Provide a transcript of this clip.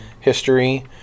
history